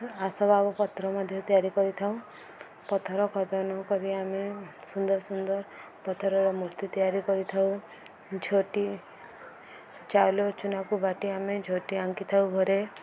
ଆସବାବ ପଥର ମଧ୍ୟ ତିଆରି କରିଥାଉ ପଥର ଖୋଦନ କରି ଆମେ ସୁନ୍ଦର ସୁନ୍ଦର ପଥରର ମୂର୍ତ୍ତି ତିଆରି କରିଥାଉ ଝୋଟି ଚାଉଲ ଚୁନାକୁ ବାଟି ଆମେ ଝୋଟି ଆଙ୍କିଥାଉ ଘରେ